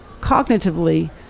cognitively